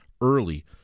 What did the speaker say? early